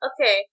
okay